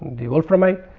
the wolframite.